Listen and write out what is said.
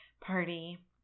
party